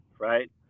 Right